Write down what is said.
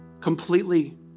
completely